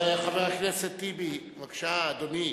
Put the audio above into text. חבר הכנסת טיבי, בבקשה, אדוני.